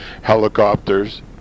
Helicopters